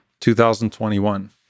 2021